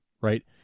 right